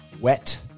Wet